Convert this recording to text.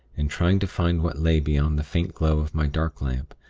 and trying to find what lay beyond the faint glow of my dark-lamp,